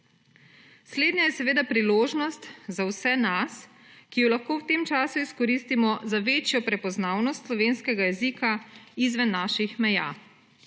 Slednja je priložnost za vse nas, ki jo lahko v tem času izkoristimo za večjo prepoznavnost slovenskega jezika izven naših meja.